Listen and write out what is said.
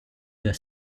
the